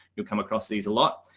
you'll come across these a lot.